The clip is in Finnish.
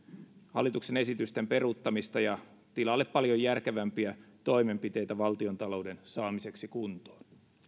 hallituksen esitysten peruuttamista ja tilalle paljon järkevämpiä toimenpiteitä valtiontalouden saamiseksi kuntoon